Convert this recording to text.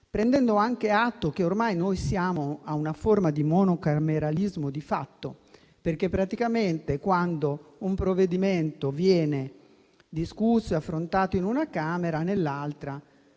prendendo anche atto che ormai noi siamo a una forma di monocameralismo di fatto. Praticamente, quando un provvedimento viene discusso e affrontato in una Camera, nell'altra